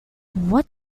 what